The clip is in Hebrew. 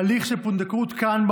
הליך של פונדקאות כאן,